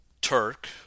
Turk